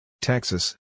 Texas